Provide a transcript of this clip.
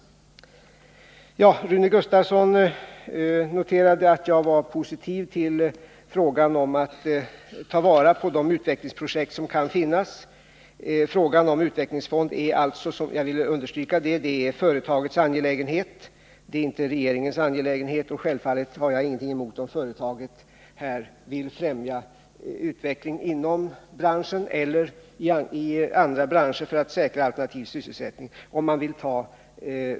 Rune Gustavsson noterade att jag var positiv till frågan om att ta vara på de utvecklingsprojekt som kan finnas. Frågan om en utvecklingsfond är alltså — jag vill understryka det — företagets och inte regeringens angelägenhet. Men självfallet har jag inget emot om företaget genom speciella arrangemang vill främja utvecklingen inom branschen eller i andra branscher för att säkra alternativ sysselsättning.